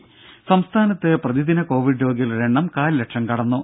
ദേദ സംസ്ഥാനത്ത് പ്രതിദിന കോവിഡ് രോഗികളുടെ എണ്ണം കാൽലക്ഷം കടന്നു